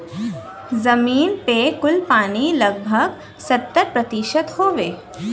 जमीन पे कुल पानी लगभग सत्तर प्रतिशत हउवे